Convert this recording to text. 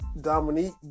Dominique